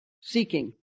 seeking